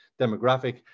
demographic